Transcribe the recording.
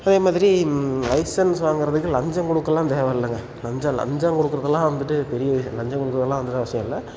அதே மாதிரி லைசென்ஸ் வாங்கிறதுக்கு லஞ்சம் கொடுக்கலாம் தேவைல்லங்க லஞ்சம் லஞ்சம் கொடுக்கறதுலாம் வந்துட்டு பெரிய விசி லஞ்சம் கொடுக்கறதுலாம் வந்துட்டு அவசியமில்லை